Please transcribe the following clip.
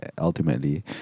Ultimately